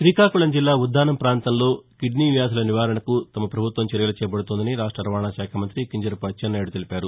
శ్రీకాకుళం జిల్లా ఉద్దానం పాంతంలో కిడ్నీ వ్యాధుల నివారణకు తమ ప్రభుత్వం చర్యలు చేపడుతోందని రాష్ట రవాణ శాఖ మంత్రి కింజరాపు అచ్చెన్నాయుడు తెలిపారు